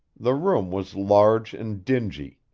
the room was large and dingy,